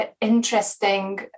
interesting